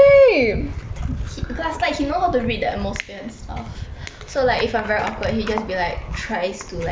he plus like he know how to read the atmosphere and stuff so like if I'm very awkward he just be like tries to like engage me